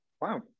Wow